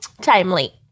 timely